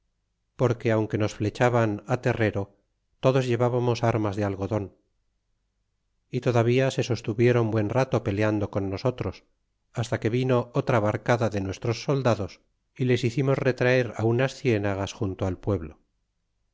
porque aunque nos flechaban terrero todos ilevabamos armas de algodon y todavía se sostuviéron buen rato peleando con nosotros hasta que vino otra barcada de nuestros soldados y les hicimos retraer unas cienegas junto al pueblo